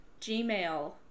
Gmail